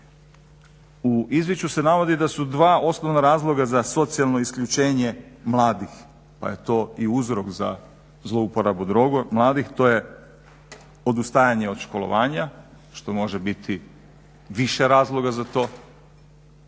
U izvješću se navodi da su dva osnovna razloga za socijalno isključenje mladih pa je to i uzrok za zlouporabu mladih, to je odustajanje od školovanja što može biti više razloga za to,